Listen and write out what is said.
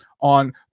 On